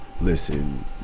Listen